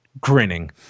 grinning